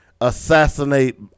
assassinate